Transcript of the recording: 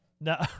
No